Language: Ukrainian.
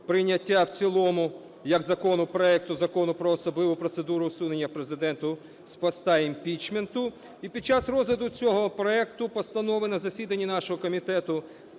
прийняття в цілому як закону проекту Закону про особливу процедуру усунення Президента з поста (імпічменту). І під час розгляду цього проекту постанови на засіданні нашого комітету